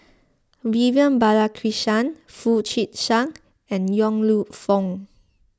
Vivian Balakrishnan Foo Chee San and Yong Lew Foong